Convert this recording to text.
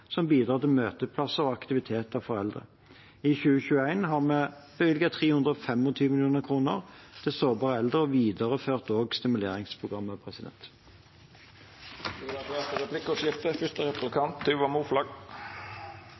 som bidrar til møteplasser og aktiviteter for eldre. I 2021 har vi bevilget 325 mill. kr til sårbare eldre og også videreført stimuleringsprogrammet. Det vert replikkordskifte.